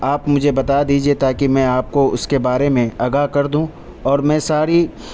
آپ مجھے بتا دیجیے تاکہ میں آپ کو اس کے بارے میں آگاہ کر دوں اور میں ساری